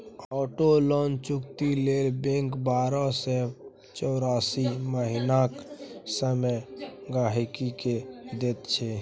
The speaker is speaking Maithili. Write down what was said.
आटो लोन चुकती लेल बैंक बारह सँ चौरासी महीनाक समय गांहिकी केँ दैत छै